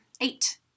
Eight